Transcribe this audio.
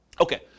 Okay